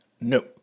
no